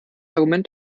argument